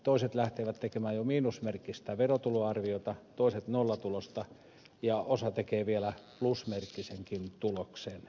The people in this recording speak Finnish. toiset lähtevät tekemään jo miinusmerkkistä verotuloarviota toiset nollatulosta ja osa tekee vielä plusmerkkisenkin tuloksen